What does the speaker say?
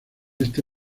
este